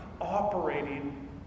operating